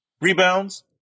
Rebounds